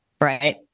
right